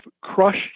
crushed